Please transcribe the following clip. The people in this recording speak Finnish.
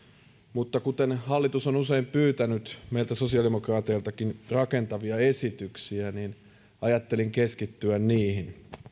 mutta kun hallitus on usein pyytänyt meiltä sosiaalidemokraateiltakin rakentavia esityksiä niin ajattelin keskittyä niihin